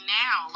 now